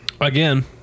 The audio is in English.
again